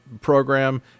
program